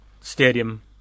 stadium